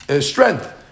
strength